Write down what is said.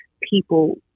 people